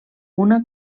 una